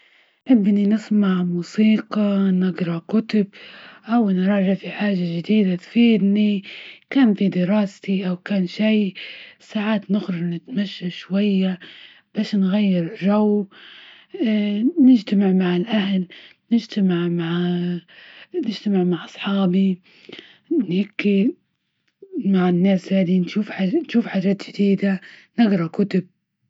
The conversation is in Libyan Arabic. تحب نسمع موسيقى، نقرا كتب، أو نراجع في حاجة جديدة تفيدني، كمل في دراستي أو كان شي ساعات نخرج نتمشى شوية، باش نغير جو نجتمع مع الأهل، نجتمع مع نجتمع مع اصحابي هكي مع الناس، هادي تشوف حاجة- تشوف حاجات جديدة نقرا كتب.